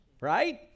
Right